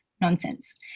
nonsense